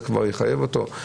זה יחייב אותו?